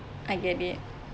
I get it